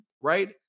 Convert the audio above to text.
right